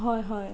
হয় হয়